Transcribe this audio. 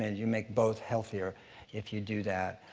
and you make both healthier if you do that.